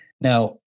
Now